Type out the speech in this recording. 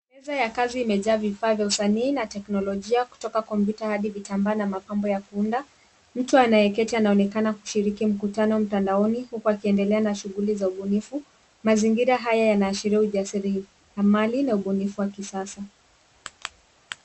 Meza ya kazi imejaa vifaa vya usanii na teknolojia kutoka kompyuta hadi vitambaa na mapambo ya kuunda. Mtu anayeketi anaonekana kushiriki mkutano mtandaoni huku akiendelea na shughuli za ubunifu. Mazingira haya yanaashiria ujasirimali na ubunifu wa kisasa.